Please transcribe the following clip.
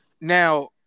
Now